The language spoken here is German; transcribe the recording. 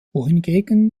wohingegen